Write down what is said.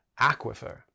aquifer